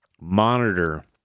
monitor